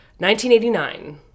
1989